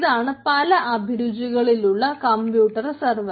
ഇതാണ് പല അഭിരുചികളിലുള്ള കമ്പ്യൂട്ടർ സെർവർ